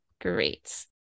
Great